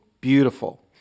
beautiful